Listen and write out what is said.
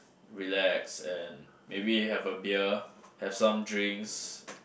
relax and maybe have a beer have some drinks